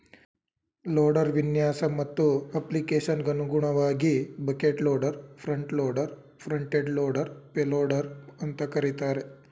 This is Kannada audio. ಲೋಡರ್ ವಿನ್ಯಾಸ ಮತ್ತು ಅಪ್ಲಿಕೇಶನ್ಗನುಗುಣವಾಗಿ bucket loader front loader front end loader payloader ಅಂತ ಕರೀತಾರೆ